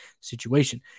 situation